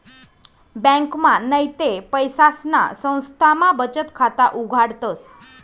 ब्यांकमा नैते पैसासना संस्थामा बचत खाता उघाडतस